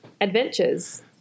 adventures